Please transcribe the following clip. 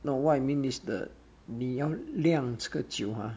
no what I mean is the 你 ah 要酿这个酒 uh